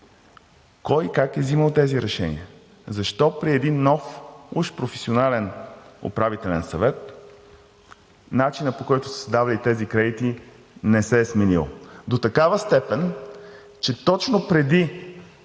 Кой как е взимал тези решения? Защо при един нов, уж професионален Управителен съвет, начинът, по който са се давали тези кредити, не се е сменил до такава степен, че точно преди